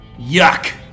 Yuck